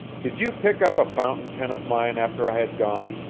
did you pick up a fountain pen of mine after i had gone?